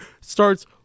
starts